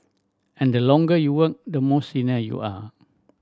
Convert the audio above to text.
and the longer you work the more senior you are